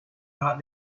not